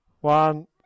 One